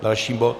Další bod?